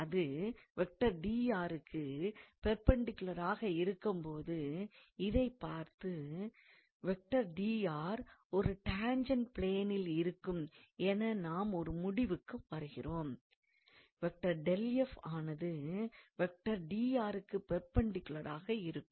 அது க்குப் பெர்பெண்டிக்குலராக இருக்கும்போது இதைப்பார்த்து ஒரு டான்ஜெண்ட் பிளேனில் இருக்கும் என நாம் ஒரு முடிவுக்கு வருகிறோம் ஆனதுக்கு பெர்பெண்டிக்குலராக இருக்கும்